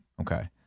Okay